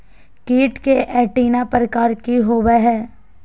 कीट के एंटीना प्रकार कि होवय हैय?